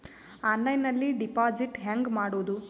ಆನ್ಲೈನ್ನಲ್ಲಿ ಡೆಪಾಜಿಟ್ ಹೆಂಗ್ ಮಾಡುದು?